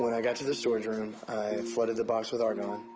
but i got to the storage room, i flooded the box with argon.